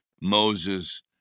Moses